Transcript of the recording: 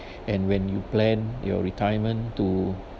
and when you plan your retirement to